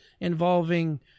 involving